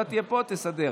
אתה תהיה פה, תסדר.